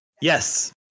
yes